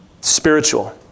Spiritual